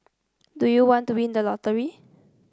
do you want to win the lottery